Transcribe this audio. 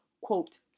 quote